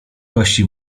kości